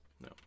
no